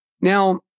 Now